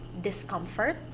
discomfort